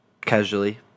Casually